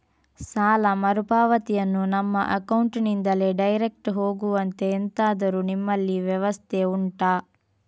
ಸಾಲ ಮರುಪಾವತಿಯನ್ನು ನಮ್ಮ ಅಕೌಂಟ್ ನಿಂದಲೇ ಡೈರೆಕ್ಟ್ ಹೋಗುವಂತೆ ಎಂತಾದರು ನಿಮ್ಮಲ್ಲಿ ವ್ಯವಸ್ಥೆ ಉಂಟಾ